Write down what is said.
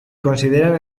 consideran